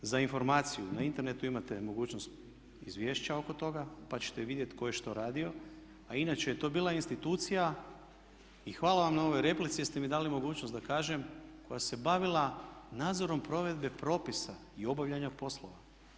Za informaciju, na internetu imate mogućnost izvješća oko toga, pa ćete vidjeti tko je što radio, a inače je to bila institucija i hvala vam na ovoj replici jer ste mi dali mogućnost da kažem koja se bavila nadzorom provedbe propisa i obavljanja poslova.